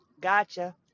gotcha